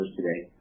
today